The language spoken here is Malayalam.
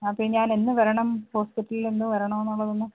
ആ പിന്നെ ഞാനെന്ന് വരണം ഹോസ്പിറ്റ്ലില്എന്ന് വരണമെന്നുള്ളതൊന്ന്